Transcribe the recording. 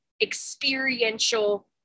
experiential